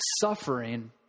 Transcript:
Suffering